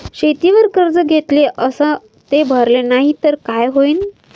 शेतीवर कर्ज घेतले अस ते भरले नाही तर काय होईन?